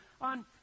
on